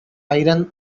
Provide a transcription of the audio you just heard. iron